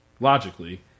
logically